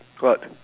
what